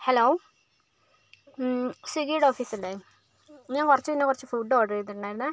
hello സ്വിഗ്ഗിയുടെ office അല്ലേ ഞാൻ കുറച്ച് മുന്നേ കുറച്ച് ഫുഡ് ഓർഡർ ചെയ്തിട്ടുണ്ടായിരുന്നേ